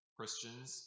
Christians